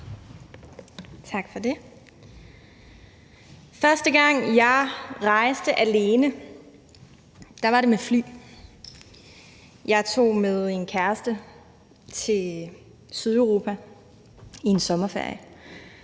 Første gang jeg rejste alene, var det med fly; jeg tog med en kæreste til Sydeuropa i en sommerferie.